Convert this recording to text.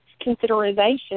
consideration